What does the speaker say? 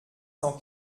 cent